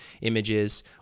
images